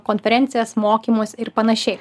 konferencijas mokymus ir panašiai